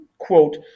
quote